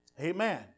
Amen